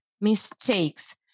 mistakes